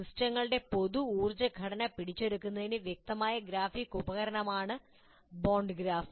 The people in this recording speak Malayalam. സിസ്റ്റങ്ങളുടെ പൊതു ഊർജ്ജ ഘടന പിടിച്ചെടുക്കുന്നതിനുള്ള വ്യക്തമായ ഗ്രാഫിക് ഉപകരണമാണ് ബോണ്ട് ഗ്രാഫ്